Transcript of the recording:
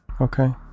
Okay